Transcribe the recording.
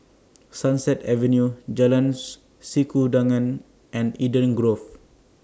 Sunset Avenue Jalan Sikudangan and Eden Grove